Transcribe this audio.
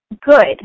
good